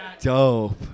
dope